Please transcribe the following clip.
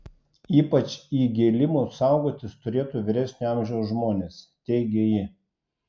ypač įgėlimų saugotis turėtų vyresnio amžiaus žmonės teigia ji